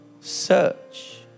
Search